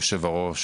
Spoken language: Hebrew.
היושב-ראש,